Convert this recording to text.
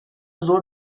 zor